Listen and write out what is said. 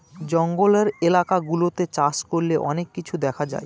জঙ্গলের এলাকা গুলাতে চাষ করলে অনেক কিছু দেখা যায়